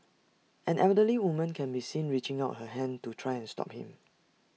an elderly woman can be seen reaching out her hand to try and stop him